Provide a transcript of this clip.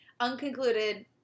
Unconcluded